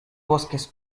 bosques